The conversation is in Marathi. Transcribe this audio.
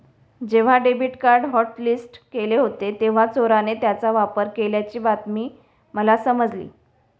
जेव्हा डेबिट कार्ड हॉटलिस्ट केले होते तेव्हा चोराने त्याचा वापर केल्याची बातमी मला समजली